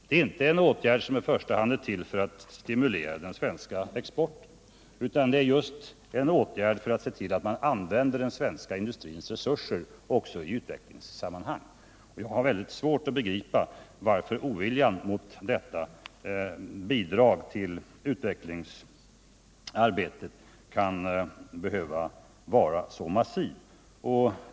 Det är inte en åtgärd som i första hand är till för att stimulera den svenska exporten, utan det är just en åtgärd för att se till att man använder den svenska industrins resurser också i utvecklingssammanhang. Jag har väldigt svårt att begripa varför oviljan mot detta bidrag till utvecklingsarbetet kan behöva vara så massiv.